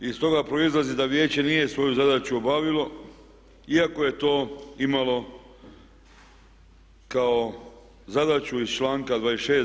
Iz toga proizlazi da vijeće nije svoju zadaću obavilo iako je to imalo kao zadaću iz članka 26.